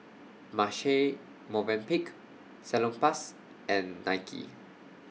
Marche Movenpick Salonpas and Nike